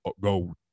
go